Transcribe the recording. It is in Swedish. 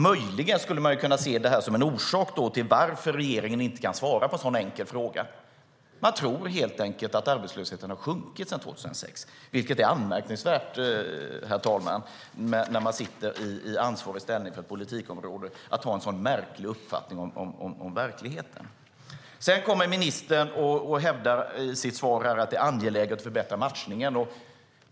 Möjligen skulle man kunna se detta som en orsak till att regeringen inte kan svara på en sådan enkel fråga. De tror helt enkelt att arbetslösheten har sjunkit sedan 2006. Det är anmärkningsvärt, herr talman, att ha en sådan märklig uppfattning om verkligheten när man sitter i ansvarig ställning för politikområdet. Sedan kommer ministern och hävdar i sitt svar att det är angeläget att förbättra matchningen.